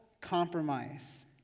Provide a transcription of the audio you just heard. compromise